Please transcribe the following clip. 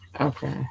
Okay